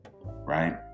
right